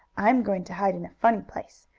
i'm going to hide in a funny place.